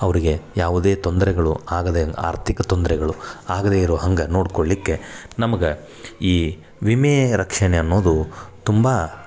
ಅವ್ರಿಗೆ ಯಾವುದೇ ತೊಂದರೆಗಳು ಆಗದೆ ಆರ್ಥಿಕ ತೊಂದರೆಗಳು ಆಗದೆ ಇರೋ ಹಂಗೆ ನೋಡಿಕೊಳ್ಲಿಕ್ಕೆ ನಮ್ಗೆ ಈ ವಿಮೆ ರಕ್ಷಣೆ ಅನ್ನೋದು ತುಂಬ